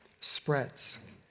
spreads